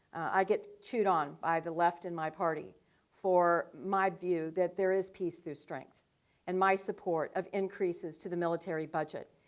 i get chewed on by the left in my party for my view that there is peace to strength and my support of the increases to the military budget.